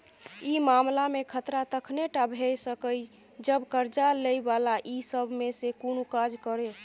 ई मामला में खतरा तखने टा भेय सकेए जब कर्जा लै बला ई सब में से कुनु काज करे